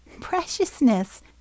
Preciousness